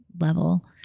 level